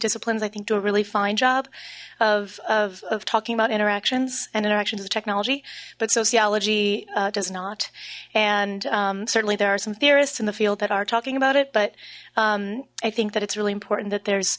disciplines i think do a really fine job of talking about interactions and interaction to the technology but sociology does not and certainly there are some theorists in the field that are talking about it but i think that it's really important that there's